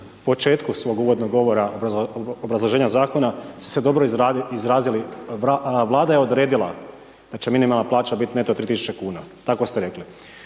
u početku svog uvodnog govora u obrazloženja zakona ste se dobro izrazili, vlada je odredila, da će minimalna plaća biti neto 3000 kn. Tako ste rekli.